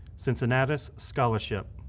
cincinnatus scholarship.